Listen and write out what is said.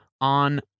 on